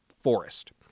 forest